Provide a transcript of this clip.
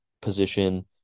position